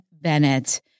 Bennett